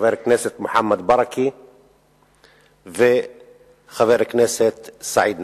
חבר הכנסת מוחמד ברכה וחבר הכנסת סעיד נפאע.